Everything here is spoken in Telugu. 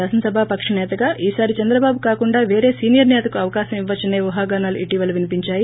శాసనసభాపక ేసేతగా ఈసారి చెంద్రబాబు కాకుండా వేరే సీనియర్ నేతకు అవకాశం ఇవ్వచ్చనే ఊహాగానాలు ఇటీవల వినిపించాయి